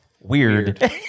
weird